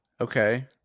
Okay